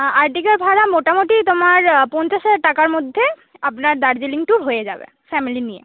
আর্টিগার ভাড়া মোটামোটি তোমার পঞ্চাশ হাজার টাকার মধ্যে আপনার দার্জিলিং টুর হয়ে যাবে ফ্যামিলি নিয়ে